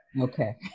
Okay